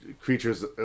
creatures